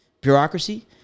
bureaucracy